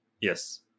Yes